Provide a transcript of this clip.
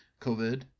COVID